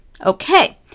Okay